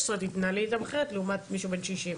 תתנהלי איתם אחרת לעומת מי שבן ששים.